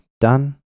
done